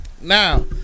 Now